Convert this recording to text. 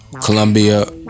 Colombia